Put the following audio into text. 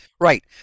Right